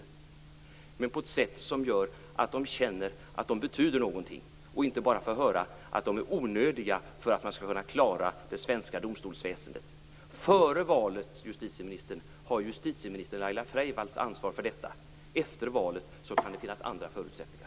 Men de vill göra det på ett sätt som gör att de känner att de betyder någonting och inte bara får höra att de är onödiga för att man skall kunna klara det svenska domstolsväsendet. Före valet har justitieminister Laila Freivalds ansvar för detta. Efter valet kan det finnas andra förutsättningar.